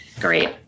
Great